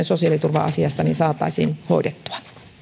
sosiaaliturva asiasta saataisiin hoidettua